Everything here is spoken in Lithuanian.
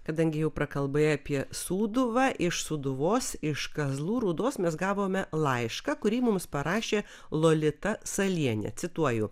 kadangi jau prakalbai apie sūduvą iš sūduvos iš kazlų rūdos mes gavome laišką kurį mums parašė lolita salienė cituoju